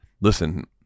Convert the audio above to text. Listen